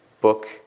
book